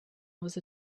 was